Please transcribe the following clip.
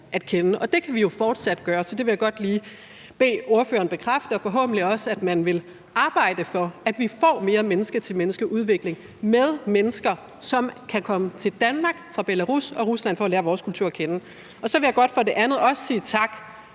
bede ordføreren om at bekræfte. Og jeg vil også godt bede ordføreren om at bekræfte, at man forhåbentlig vil arbejde for, at vi får mere menneske til menneske-udvikling med mennesker, som kan komme til Danmark fra Belarus og Rusland for at lære vores kultur at kende. Så vil jeg også godt for det andet sige tak